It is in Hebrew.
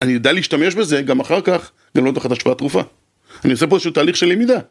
אני יודע להשתמש בזה גם אחר כך, ללא תחת השפעה תרופה. אני עושה פה איזה שהוא תהליך של למידה.